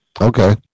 Okay